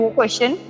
question